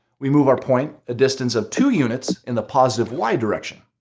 we move our point a distance of two units in the positive y direction.